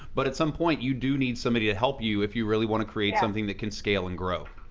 but at some point, you do need somebody to help you if you really wanna create something that can scale and grow.